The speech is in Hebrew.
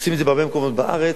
עושים את זה בהרבה מקומות בארץ,